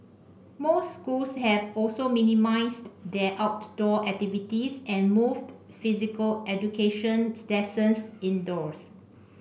most schools have also minimised their outdoor activities and moved physical education's lessons indoors